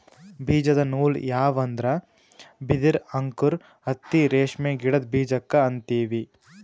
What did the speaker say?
ಬೀಜದ ನೂಲ್ ಯಾವ್ ಅಂದ್ರ ಬಿದಿರ್ ಅಂಕುರ್ ಹತ್ತಿ ರೇಷ್ಮಿ ಗಿಡದ್ ಬೀಜಕ್ಕೆ ಅಂತೀವಿ